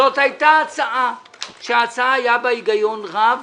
זאת הייתה הצעה שהיה בה היגיון רב.